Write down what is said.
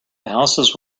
houses